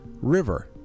River